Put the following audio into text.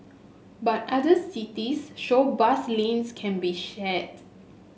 but other cities show bus lanes can be shared